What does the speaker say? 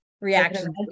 reaction